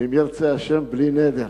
אם ירצה השם, בלי נדר.